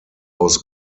aus